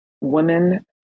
Women